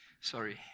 sorry